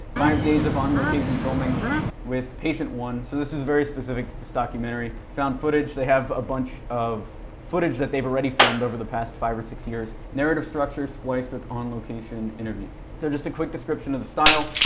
five days of on location filming with patient one. so this is very specific to this documentary. found footage, they have a bunch of footage that they've already filmed over the past five or six years. narrative structure spliced with on location interviews. so just a quick description of the style.